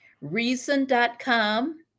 Reason.com